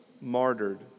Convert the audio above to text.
martyred